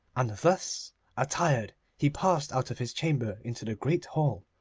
and thus attired he passed out of his chamber into the great hall,